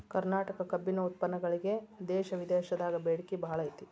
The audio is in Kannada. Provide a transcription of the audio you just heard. ಕರ್ನಾಟಕ ಕಬ್ಬಿನ ಉತ್ಪನ್ನಗಳಿಗೆ ದೇಶ ವಿದೇಶದಾಗ ಬೇಡಿಕೆ ಬಾಳೈತಿ